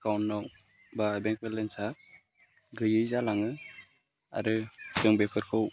एखाउन्टाव बा बेंक बेलेन्सआ गैयि जालाङो आरो जों बेफोरखौ